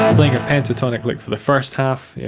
um playing a pentatonic lick for the first half, yeah